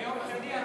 ביום שני אתה